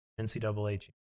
NCAA